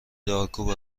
دارکوب